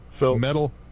Metal